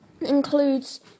Includes